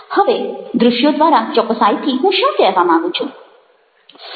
હવે દ્રશ્યો દ્વારા ચોક્કસાઈથી હું શું કહેવા માંગું છું